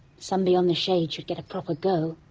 sun beyond the shade should get a proper go.